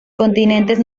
continentes